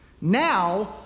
Now